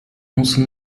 公司